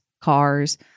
cars